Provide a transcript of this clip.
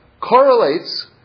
correlates